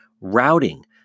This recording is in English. routing